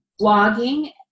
blogging